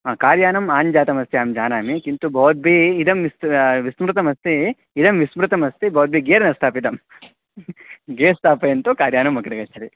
आ कार् यानम् आन् जातमस्ति अहं जानामि किन्तु भवद्भिः इदं विस्मृतं विस्मृतमस्ति इदं विस्मृतमस्ति भवद्भिः गेर् न स्थापितं गेर् स्थापयन्तु कार् यानम् अग्रे गच्छति